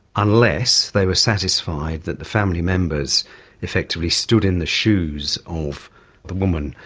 unless they were satisfied that the family members effectively stood in the shoes of the woman,